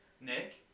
Nick